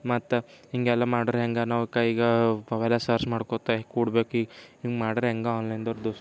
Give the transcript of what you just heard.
ಮತ್ತೆ ಹೀಗೆಲ್ಲ ಮಾಡ್ರೆ ಹೇಗೆ ನಾವು ಕೈಗೆ ಅವೆಲ್ಲ ಸರ್ಚ್ ಮಾಡ್ಕೋತ್ತಾ ಕೂಡ್ಬೇಕು ಹೀಗೆ ಮಾಡ್ರೆ ಹೆಂಗೆ ಆನ್ಲೈನ್ದವ್ರ್ದು